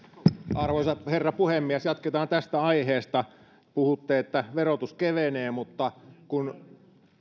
arvoisa herra puhemies jatketaan tästä aiheesta puhutte että verotus kevenee mutta kun